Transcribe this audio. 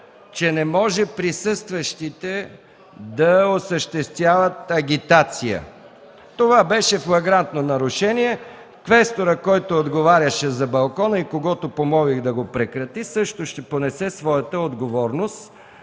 че не може присъстващите да осъществяват агитация. Това беше флагрантно нарушение. Квесторът, който отговаряше за балкона и когото помолих да го прекрати, също ще понесе своята отговорност.